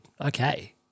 Okay